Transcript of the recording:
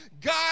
God